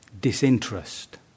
disinterest